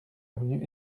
avenue